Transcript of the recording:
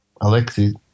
Alexis